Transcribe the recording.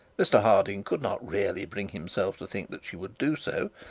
mr harding could not really bring himself to think that she would do so,